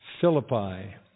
Philippi